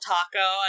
Taco